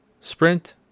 sprint